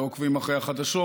לא עוקבים אחרי החדשות.